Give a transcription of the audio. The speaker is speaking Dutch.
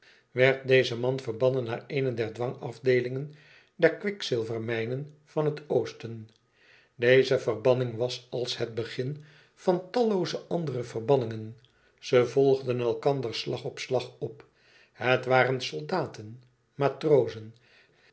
werd deze man verbannen naar eene der dwang afdeelingen der kwikzilvermijnen van het oosten deze verbanning was als het begin van tallooze andere verbanningen ze volgden elkander slag op slag op het waren soldaten matrozen